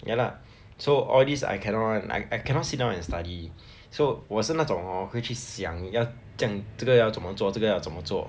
ya lah so all these I cannot [one] I I cannot sit down and study so 我是那种 hor 会去想要这样这个要怎么做这个要怎么做